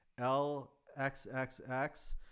LXXX